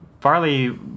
Farley